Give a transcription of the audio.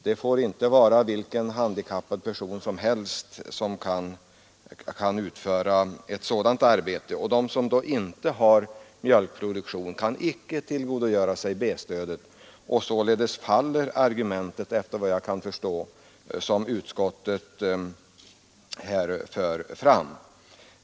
Det är inte vilken handikappad person som helst som kan utföra ett sådant arbete! De som inte har mjölkproduktion i denna del av landet kan över huvud taget inte tillgodogöra sig B-stödet. Således faller det argument som utskottet anför.